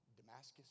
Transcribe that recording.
Damascus